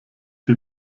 die